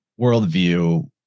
worldview